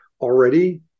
already